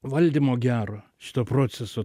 valdymo gero šito proceso